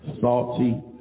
Salty